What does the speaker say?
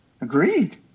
agreed